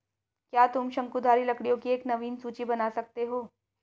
क्या तुम शंकुधारी लकड़ियों की एक नवीन सूची बना सकते हो?